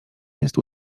jest